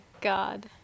God